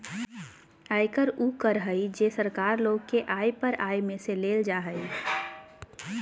आयकर उ कर हइ जे सरकार लोग के आय पर आय में से लेल जा हइ